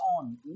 on